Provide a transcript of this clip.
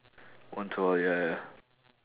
once awhile ya ya ya